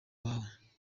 wawe